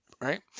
right